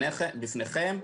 אני מניח שהיא מונחת בפניכם.